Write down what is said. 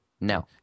no